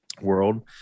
world